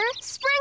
Spring